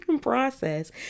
process